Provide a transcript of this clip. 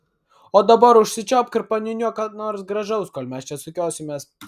o dabar užsičiaupk ir paniūniuok ką nors gražaus kol mes čia sukiosimės